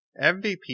MVP